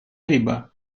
либо